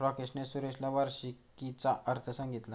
राकेशने सुरेशला वार्षिकीचा अर्थ सांगितला